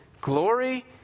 glory